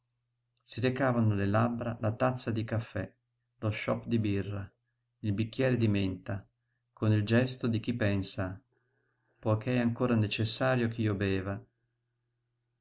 si recavano alle labbra la tazza di caffè lo sciop di birra il bicchiere di menta col gesto di chi pensa poiché è ancora necessario ch'io lo beva